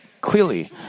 clearly